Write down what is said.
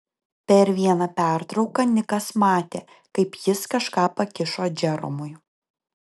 per vieną pertrauką nikas matė kaip jis kažką pakišo džeromui